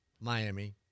Miami